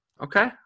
Okay